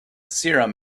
serum